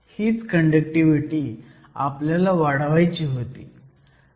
हीच कंडक्टिव्हिटी आपल्याला वाढवायची होती